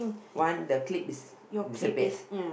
one the clip is disappeared